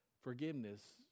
forgiveness